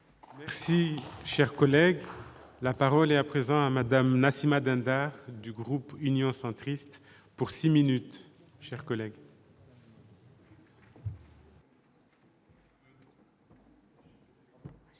Merci, cher collègue. La parole est à présent Madame Nassimah Dindar du groupe Union centriste pour 6 minutes chers collègues. Monsieur